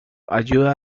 ayuda